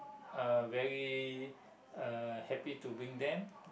uh very uh happy to bring them